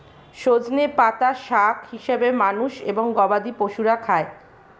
সজনে পাতা শাক হিসেবে মানুষ এবং গবাদি পশুরা খায়